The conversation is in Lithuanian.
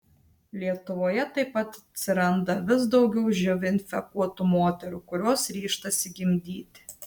lietuvoje taip pat atsiranda vis daugiau živ infekuotų moterų kurios ryžtasi gimdyti